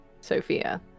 Sophia